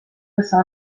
usa